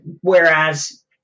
Whereas